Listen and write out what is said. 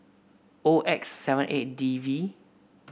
O X seven eight D V